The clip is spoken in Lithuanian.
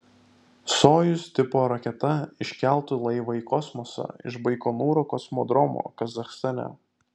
sojuz tipo raketa iškeltų laivą į kosmosą iš baikonūro kosmodromo kazachstane